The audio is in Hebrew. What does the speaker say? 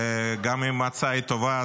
וגם אם ההצעה היא טובה,